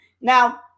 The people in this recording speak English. Now